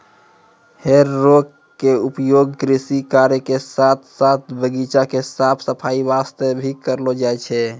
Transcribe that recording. हे रेक के उपयोग कृषि कार्य के साथॅ साथॅ बगीचा के साफ सफाई वास्तॅ भी करलो जाय छै